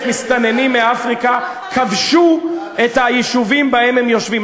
מסתננים מאפריקה כבשו את היישובים שבהם הם יושבים.